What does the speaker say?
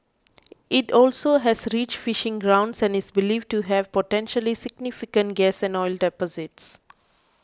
it also has rich fishing grounds and is believed to have potentially significant gas and oil deposits